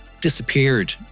disappeared